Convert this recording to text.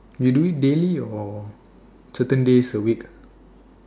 you do it daily or certain days a week